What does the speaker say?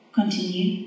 Continue